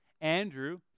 Andrew